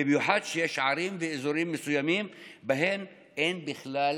במיוחד שיש ערים ואזורים מסוימים שבהם אין בכלל